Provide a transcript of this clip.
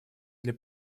для